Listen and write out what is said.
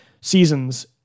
seasons